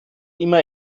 immer